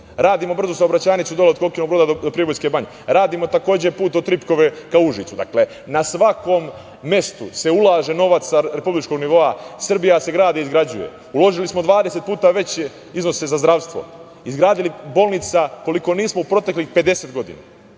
Radimo brzu saobraćajnicu dole od Kokinog Broda do Pribojske banje. Radimo takođe put od Tripkove ka Užicu. Dakle, na svakom mestu se ulaže novac sa republičkog nivoa. Srbija se gradi i izgrađuje. Uložili smo 20 puta veće iznose za zdravstvo. Izgradili bolnica koliko nismo u proteklih 50 godina.